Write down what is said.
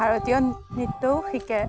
ভাৰতীয় নৃত্যও শিকে